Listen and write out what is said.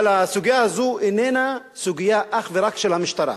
אבל הסוגיה הזאת איננה סוגיה אך ורק של המשטרה.